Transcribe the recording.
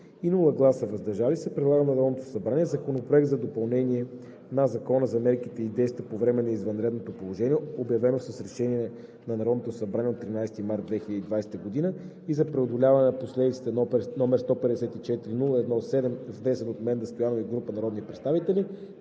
и „въздържал се“, предлага на Народното събрание Законопроект за допълнение на Закона за мерките и действията по време на извънредното положение, обявено с решение на Народното събрание от 13 март 2020 г., и за преодоляване на последиците, № 154-01-7, внесен от Менда Стоянова и група народни представители,